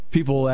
People